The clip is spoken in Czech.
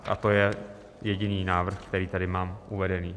A to je jediný návrh, který tady mám uvedený.